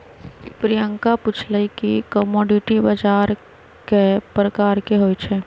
प्रियंका पूछलई कि कमोडीटी बजार कै परकार के होई छई?